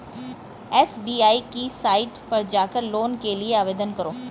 SBI की site पर जाकर लोन के लिए आवेदन करो